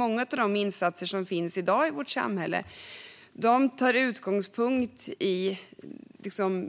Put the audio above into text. Många av de insatser som finns i dag i vårt samhälle tar utgångspunkt i